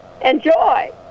enjoy